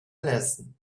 lesson